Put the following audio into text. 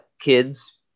kids